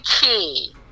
key